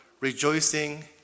rejoicing